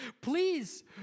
Please